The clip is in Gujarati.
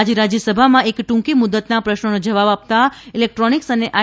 આજે રાજ્યસભામાં એક ટ્રંકી મુદતના પ્રશ્નનો જવાબ આપ્ત તા ઇલેક્ટોનિક્સ અને આઈ